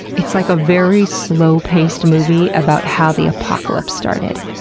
it's like a very slow-paced movie about how the apocalypse started.